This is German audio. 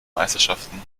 meisterschaften